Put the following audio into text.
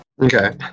Okay